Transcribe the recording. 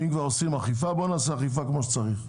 אם כבר עושים אכיפה, בואו נעשה אכיפה כמו שצריך.